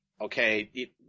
okay